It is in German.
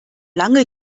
lange